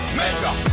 major